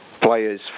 players